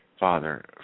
Father